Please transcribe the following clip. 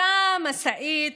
אותה משאית